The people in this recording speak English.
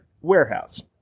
warehouse